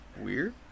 weird